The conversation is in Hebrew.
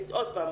עוד פעם